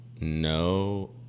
No